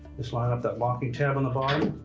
just line up that locking tab on the bottom.